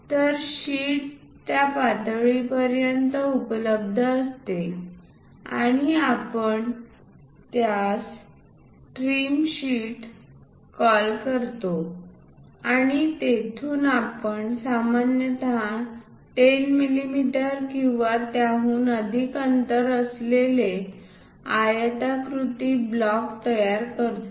तरशीट त्या पातळीपर्यंत उपलब्ध असते आणि आपण त्यास ट्रिमशीट म्हणून कॉल करतो आणि तेथून आपण सामान्यत 10 मिमी किंवा त्याहून अधिक अंतर असलेले आयताकृती ब्लॉक तयार करतो